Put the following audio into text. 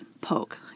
poke